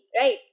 right